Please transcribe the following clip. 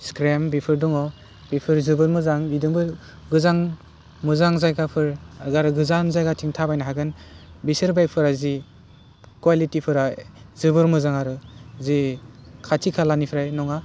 सिक्रेम बेफोर दङ बेफोर जोबोद मोजां बिदोंबो मोजां मोजां जायगाफोर आगार गोजान जायगाथिं थाबायनो हागोन बिसोर बाइकफोरा जि क्वालिटिफोरा जोबोर मोजां आरो जि खाथि खालानिफ्राय नङा